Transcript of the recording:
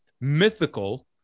mythical